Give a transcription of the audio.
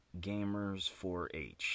Gamers4H